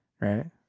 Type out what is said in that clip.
right